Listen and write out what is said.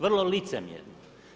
Vrlo licemjerno.